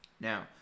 Now